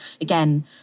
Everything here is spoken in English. again